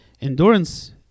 Endurance